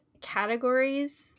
categories